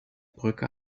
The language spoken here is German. brücke